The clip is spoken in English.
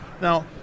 Now